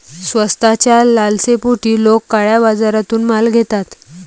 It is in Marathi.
स्वस्ताच्या लालसेपोटी लोक काळ्या बाजारातून माल घेतात